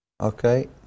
Okay